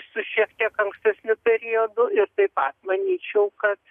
su šiek tiek ankstesniu periodu ir taip pat manyčiau kad